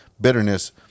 bitterness